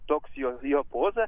toks jo jo poza